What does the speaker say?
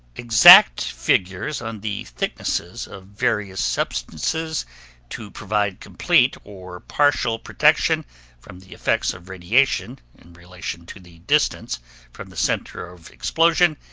exact figures on the thicknesses of various substances to provide complete or partial protection from the effects of radiation in relation to the distance from the center of explosion,